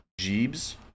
Jeebs